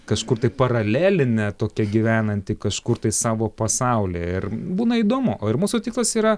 kažkur tai paralelinė tokia gyvenanti kažkur tai savo pasauly ir būna įdomu ir mūsų tikslas yra